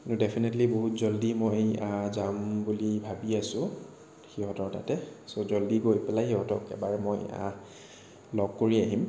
definitely বহুত জল্ডি মই যাম বুলি ভাবি আছোঁ সিহঁতৰ তালৈ চ' জল্ডি গৈ পেলাই সিহঁতক এবাৰ মই লগ কৰি আহিম